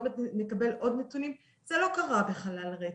ועוד מעט נקבל עוד נתונים, אז זה לא קרה בחלל ריק.